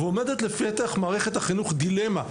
ועומדת לפתח מערכת החינוך דילמה.